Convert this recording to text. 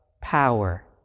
power